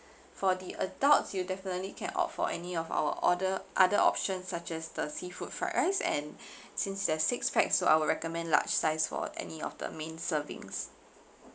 for the adults you definitely can opt for any of our order other options such as the seafood fried rice and since there's six pax so I will recommend large size for any of the main servings